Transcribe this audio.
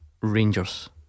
Rangers